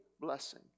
blessing